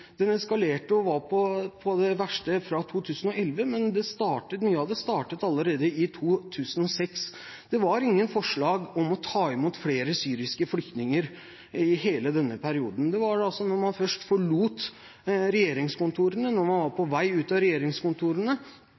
Den eskalerte og var på sitt verste fra 2011, men mye av det startet allerede i 2006. Det var ingen forslag om å ta imot flere syriske flyktninger i hele denne perioden. Det var først da man forlot regjeringskontorene, da man var på vei ut av regjeringskontorene,